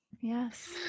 Yes